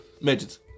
Midgets